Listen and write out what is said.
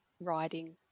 writing